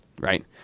Right